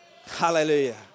Hallelujah